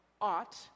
ought